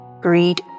greed